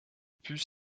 put